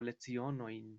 lecionojn